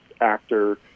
actor